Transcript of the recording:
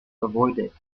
avoided